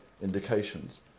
indications